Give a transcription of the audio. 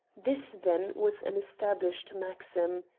this, then, was an established maxim.